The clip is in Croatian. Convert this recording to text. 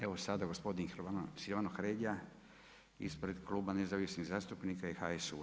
Evo sada gospodin Silvano Hrelja ispred kluba Nezavisnih zastupnika i HSU-a.